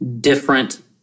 different